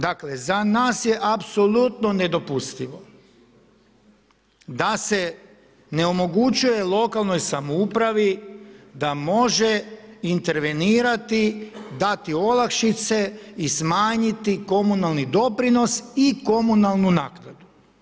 Dakle, za nas je apsolutno nedopustivo da se neomogućuje lokalnoj samoupravi da može intervenirati, dati olakšice i smanjiti komunalni doprinos i komunalnu naknadu.